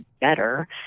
better